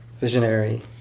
visionary